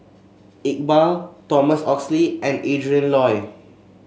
Iqbal Thomas Oxley and Adrin Loi